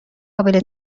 قابل